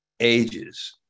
Ages